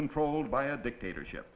controlled by a dictatorship